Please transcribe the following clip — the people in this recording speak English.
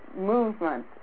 movement